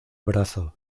brazo